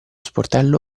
sportello